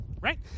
right